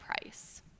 price